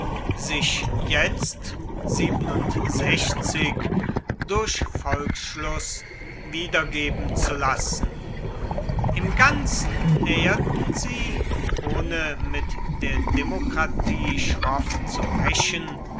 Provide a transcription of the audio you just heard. sich jetzt durch volksschluß wiedergeben zu lassen im ganzen näherten sie ohne mit der demokratie schroff zu brechen